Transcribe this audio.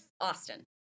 austin